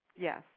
Yes